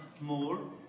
more